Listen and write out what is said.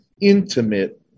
intimate